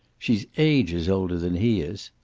she's ages older than he is.